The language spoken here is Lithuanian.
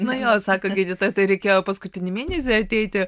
nu jo sako gydytoja tai reikėjo paskutinį mėnesį ateiti